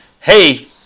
hey